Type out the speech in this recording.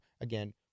Again